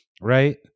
Right